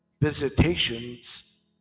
visitations